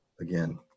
again